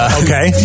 okay